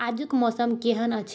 आजुक मौसम केहन अछि